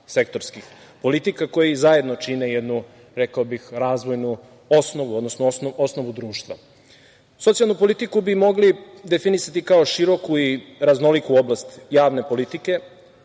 sektorskih politika koji zajedno čine jednu, rekao bih, razvojnu osnovu, odnosno osnovu društva. Socijalnu politiku bi mogli definisati i kao široku i raznoliku oblast javne politike,